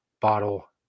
bottle